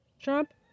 Trump